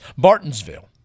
Bartonsville